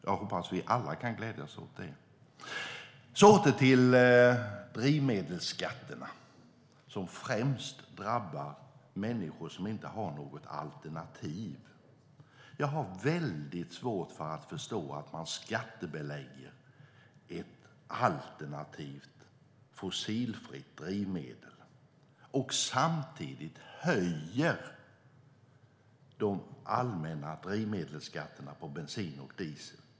Jag hoppas att vi alla kan glädjas åt det. Jag ska gå tillbaka till drivmedelsskatterna som främst drabbar människor som inte har något alternativ. Jag har mycket svårt att förstå att man skattebelägger ett alternativt fossilfritt drivmedel och samtidigt höjer de allmänna drivmedelsskatterna på bensin och diesel.